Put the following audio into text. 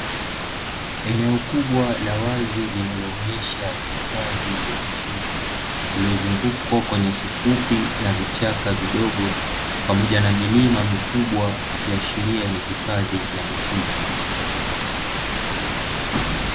Eneo kubwa la wazi linaloonyesha hifadhi ya msitu iliyozungukwa kwa nyasi fupi na vichaka vidogo pamoja na milima mikubwa ikiashiria ni hifadhi ya misitu.